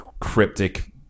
cryptic